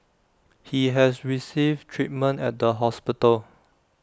he has received treatment at the hospital